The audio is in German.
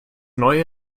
neue